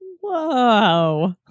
Whoa